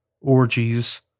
orgies